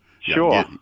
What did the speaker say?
sure